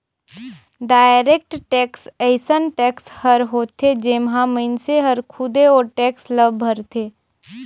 direct tax अइसन tax हर होथे जेम्हां मइनसे हर खुदे ओ टेक्स ल भरथे